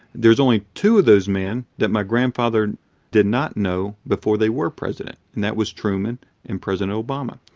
there's only two of those men that my grandfather did not know before they were president and that was truman and president obama.